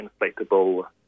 inflatable